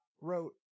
wrote